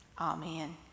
Amen